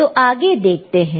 तो आगे देखते हैं